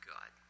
God